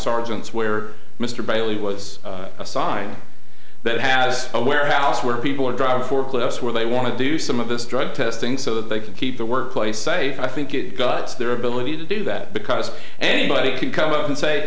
sargents where mr bailey was assigned that has a warehouse where people are driving forklifts where they want to do some of this drug testing so that they can keep the workplace site i think it guts their ability to do that because anybody can come up and say